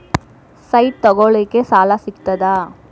Site ತಗೋಳಿಕ್ಕೆ ಸಾಲಾ ಸಿಗ್ತದಾ?